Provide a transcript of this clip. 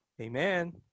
Amen